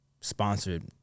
sponsored